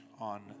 on